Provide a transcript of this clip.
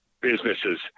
businesses